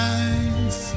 eyes